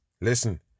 Listen